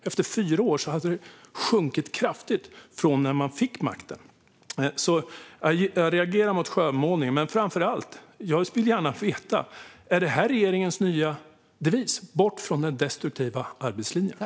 Efter fyra år hade detta sjunkit kraftigt från när man fick makten. Jag reagerar alltså mot skönmålningen. Men framför allt vill jag gärna veta: Bort från den destruktiva arbetslinjen - är det regeringens nya devis?